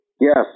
Yes